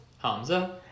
Hamza